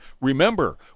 remember